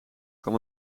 kwam